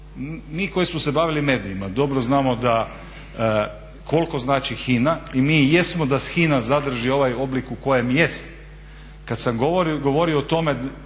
Mi koji smo se bavili medijima dobro znamo da koliko znači HINA i mi jesmo da HINA zadrži ovaj oblik u kojem jest. Kad sam govorio o tome